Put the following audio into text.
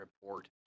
report